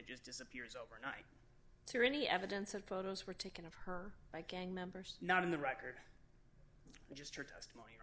that just disappears overnight to any evidence of photos were taken of her by gang members not in the record but just her testimony